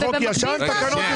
יש חוק ישן ותקנות ישנות.